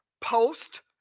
post